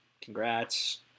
congrats